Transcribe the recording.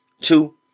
Two